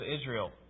Israel